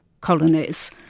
colonies